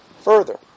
further